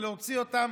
ולהוציא אותם.